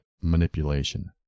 manipulation